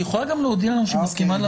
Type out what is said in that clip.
היא יכולה גם להודיע לנו שהיא מסכימה למיזוג.